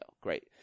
Great